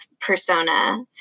persona